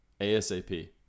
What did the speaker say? ASAP